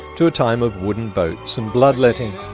to a time of wooden boats and bloodletting.